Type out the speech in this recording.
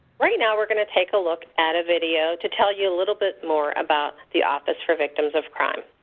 right now, we're going to take a look at a video to tell you a little bit more about the office for victims of crime.